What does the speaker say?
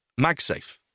MagSafe